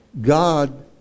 God